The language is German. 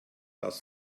das